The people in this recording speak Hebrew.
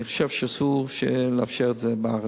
אני חושב שאסור לאפשר את זה בארץ.